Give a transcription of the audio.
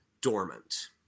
dormant